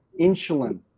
insulin